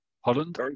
Holland